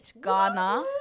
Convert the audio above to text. ghana